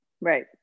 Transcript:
Right